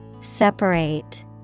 Separate